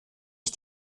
ich